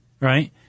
Right